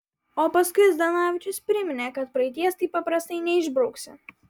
o paskui zdanavičius priminė kad praeities taip paprastai neišbrauksi